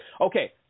Okay